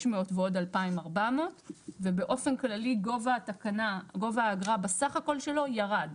600 ועוד 2,400 ובאופן כללי גובה האגרה בסך הכל שלו ירד.